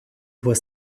was